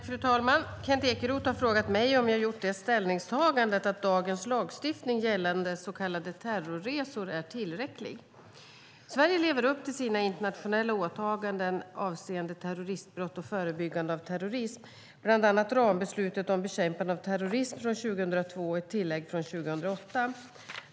Fru talman! Kent Ekeroth har frågat mig om jag gjort det ställningstagandet att dagens lagstiftning gällande så kallade terrorresor är tillräcklig. Sverige lever upp till sina internationella åtaganden avseende terroristbrott och förebyggande av terrorism, bland annat rambeslutet om bekämpande av terrorism från 2002 och ett tillägg från 2008.